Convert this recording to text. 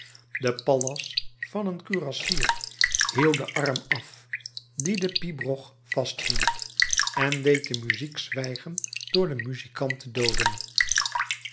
de pallas van een kurassier hieuw den arm af die den pibroch vasthield en deed de muziek zwijgen door den muzikant te dooden